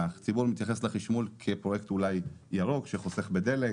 הציבור מתייחס לחשמול כפרויקט ירוק שחוסך בדלק